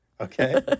okay